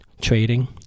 trading